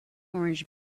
orange